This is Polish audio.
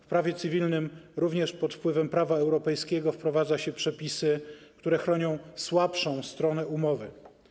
W prawie cywilnym również pod wpływem prawa europejskiego wprowadza się przepisy, które chronią słabszą stronę umowy.